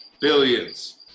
Billions